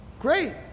Great